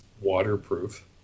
waterproof